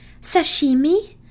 Sashimi